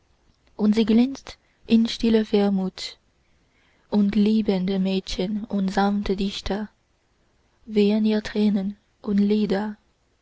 und sie glänzt in stiller wehmut und liebende mädchen und sanfte dichter weihen ihr tränen